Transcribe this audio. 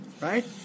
right